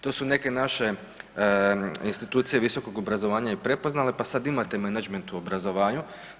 To su neke naše institucije visokog obrazovanja i prepoznale, pa sada imate menadžment u obrazovanju.